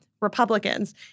Republicans